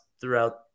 throughout